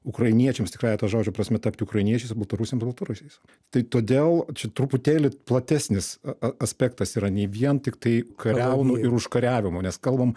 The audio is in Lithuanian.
ukrainiečiams tikrąja to žodžio prasme tapti ukrainiečiais baltarusiam baltarusiais tai todėl čia truputėlį platesnis aspektas yra nei vien tiktai kariaunų ir užkariavimų nes kalbam